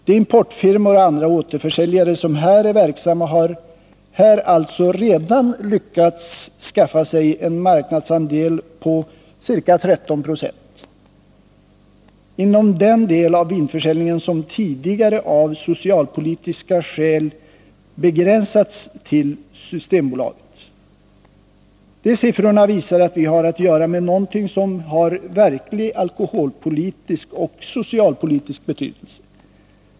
De importfirmor och andra återförsäljare som här är verksamma har alltså redan lyckats skaffa sig en marknadsandel på ca 13 26 inom den del av vinförsäljningen som tidigare, av socialpolitiska skäl, begränsats till Systembolaget. Dessa siffror visar att vi har att göra med någonting som har verklig alkoholpolitisk och socialpolitisk betydelse.